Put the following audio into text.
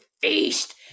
feast